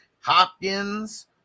Hopkins